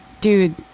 dude